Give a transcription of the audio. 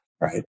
right